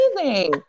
amazing